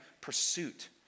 pursuit